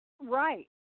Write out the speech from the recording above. Right